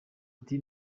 ati